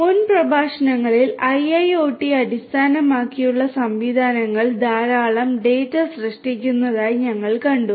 മുൻ പ്രഭാഷണങ്ങളിൽ IIoT അടിസ്ഥാനമാക്കിയുള്ള സംവിധാനങ്ങൾ ധാരാളം ഡാറ്റ സൃഷ്ടിക്കുന്നതായി ഞങ്ങൾ കണ്ടു